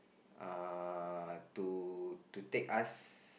uh to to take us